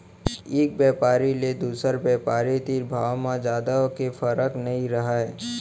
एक बेपारी ले दुसर बेपारी तीर भाव म जादा के फरक नइ रहय